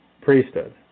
Priesthood